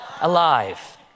Alive